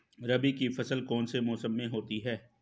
रबी की फसल कौन से मौसम में होती है?